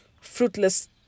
fruitless